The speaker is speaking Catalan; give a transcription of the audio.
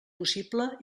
possible